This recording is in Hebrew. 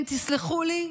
הם, תסלחו לי,